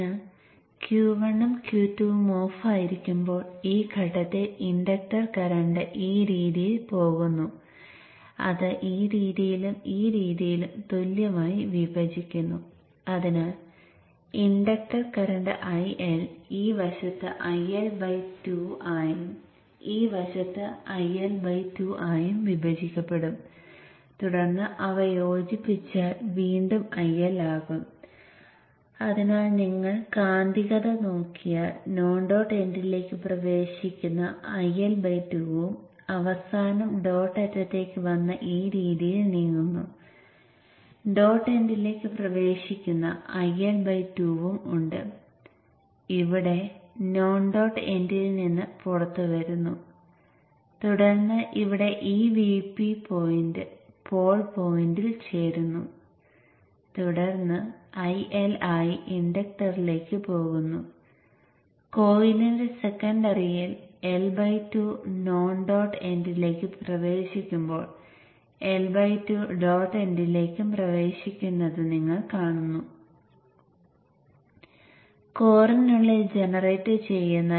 അതിനാൽ full bridge converter പ്രവർത്തിക്കുന്നത് ഇങ്ങനെയാണ് എല്ലാ സ്വിച്ചുകളും ഓഫായിരിക്കുന്ന കാലയളവിൽ ഇൻഡക്റ്റർ നേരത്തെ ചർച്ച ചെയ്തതുപോലെ പുഷ് പുൾ കെയ്സ് ചെയ്യുന്നതിന് പകുതി കറന്റ് നീല വൈൻഡിംഗിലേക്കും മറ്റൊരു പകുതി പച്ച വൈൻഡിങ്ങിലേക്കും ആണ് പോകുന്നത്